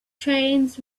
trains